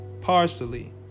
parsley